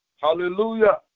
Hallelujah